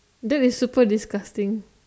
that would be super disgusting